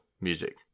music